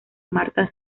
marta